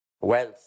wealth